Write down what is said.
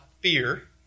fear